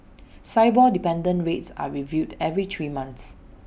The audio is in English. Sibor dependent rates are reviewed every three months